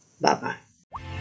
Bye-bye